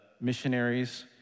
missionaries